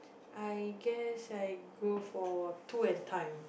I guess I go for two at a time